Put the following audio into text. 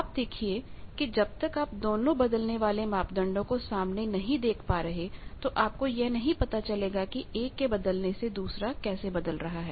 आप देखिए कि जब तक आप दोनों बदलने वालेमापदंडों को सामने नहीं देख पा रहे तो आपको यह नहीं पता चलेगा कि एक के बदलने से दूसरा कैसे बदल रहा है